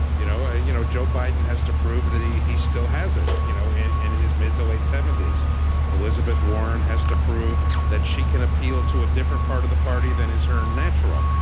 you know ah you know joe biden has to prove that he he still has it you know in in his mid to late seventy s elizabeth warren has to prove that she can appeal to a different part of the party than is her natural.